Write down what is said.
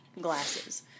glasses